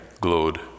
glowed